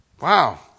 Wow